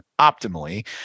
optimally